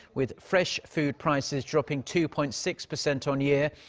with fresh food prices dropping two-point-six percent on-year.